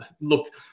Look